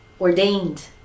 ordained